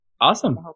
Awesome